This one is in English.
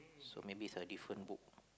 so maybe it's a different book